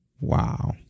Wow